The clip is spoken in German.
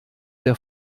der